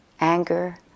anger